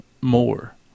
more